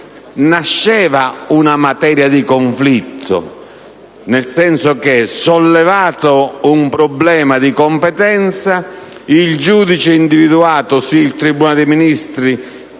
nasceva una materia di conflitto, nel senso che, sollevato un problema di competenza, il giudice individuato, il tribunale dei Ministri,